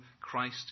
Christ